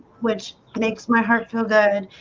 which makes my heart feel good,